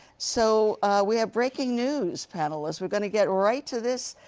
so we have breaking news, panelists. we're going to get right to this.